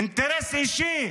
אינטרס אישי